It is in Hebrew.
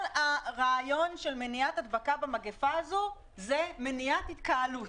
כל הרעיון של מניעת הדבקה במגפה הזו זה מניעת התקהלות,